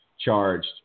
charged